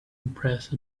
impressed